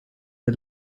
bei